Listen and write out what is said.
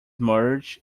merge